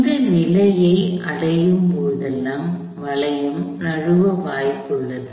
இந்த நிலையை அடையும் போதெல்லாம் வளையம் நழுவ வாய்ப்புள்ளது